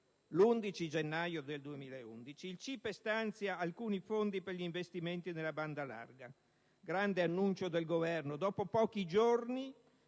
L'11 gennaio 2011, il CIPE stanzia alcuni fondi per gli investimenti nella banda larga, con grande annuncio del Governo. Dopo pochi giorni